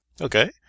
Okay